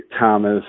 Thomas